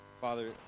Father